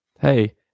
Hey